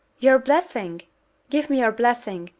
your blessing give me your blessing,